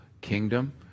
kingdom